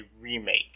remake